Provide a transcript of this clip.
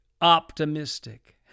optimistic